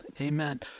Amen